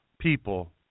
people